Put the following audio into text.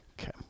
Okay